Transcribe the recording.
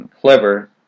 clever